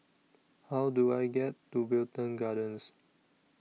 How Do I get to Wilton Gardens